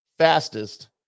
Fastest